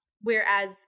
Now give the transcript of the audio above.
Whereas